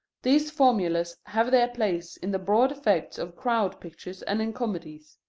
these formulas have their place in the broad effects of crowd pictures and in comedies.